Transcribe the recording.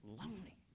lonely